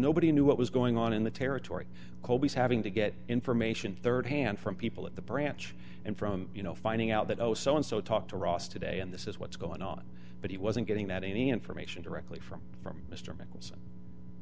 nobody knew what was going on in the territory colby's having to get information rd hand from people at the branch and from you know finding out that oh so and so talk to ross today and this is what's going on but he wasn't getting that any information directly from from mr mickelson